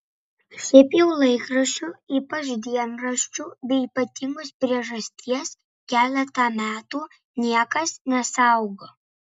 šiaip jau laikraščių ypač dienraščių be ypatingos priežasties keletą metų niekas nesaugo